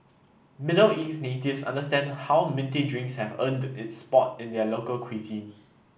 Middle East natives understand how minty drinks have earned its spot in their local cuisine